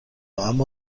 اما